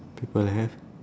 people have